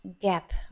gap